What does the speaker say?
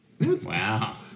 Wow